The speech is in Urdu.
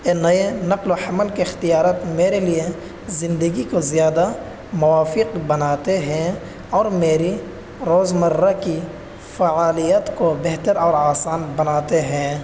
یہ نئے نقل و حمل کے اختیارت میرے لیے زندگی کو زیادہ موافق بناتے ہیں اور میری روز مرہ کی فعالیت کو بہتر اور آسان بناتے ہیں